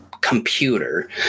Computer